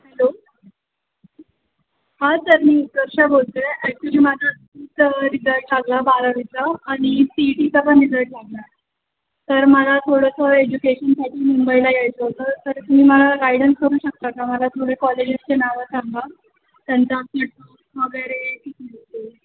hello हां sir मी उत्कर्षा बोलते आहे ॲक्च्युली माझं रिजल्ट लागला बारावीचा आणि सी ई टीचा पण रिजल्ट लागला तर मला थोडंसं एज्युकेशनसाठी मुंबईला यायचं होतं तर तुम्ही मला गायडन्स करू शकता का मला थोडे कॉलेजेसचे नावं सांगा त्यांच्या फीज वगैरे